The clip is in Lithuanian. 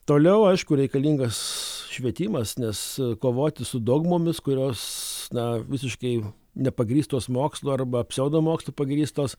toliau aišku reikalingas švietimas nes kovoti su dogmomis kurios na visiškai nepagrįstos mokslu arba pseudomokslu pagrįstos